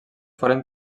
foren